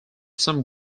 some